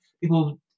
people